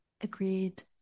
agreed